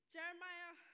Jeremiah